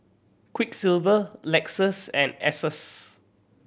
Quiksilver Lexus and Asos